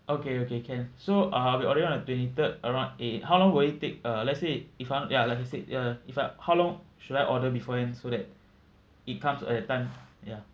okay okay can so uh we ordering on the twenty third around eight how long will it take uh let's say if I'm ya like I said ya if I how long should I order beforehand so that it comes at a that time ya